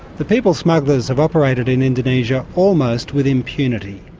the people smugglers have operated in indonesia almost with impunity.